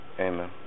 Amen